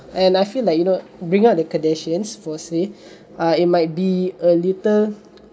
and I feel like you know bring out the kardashian firstly err it might be a little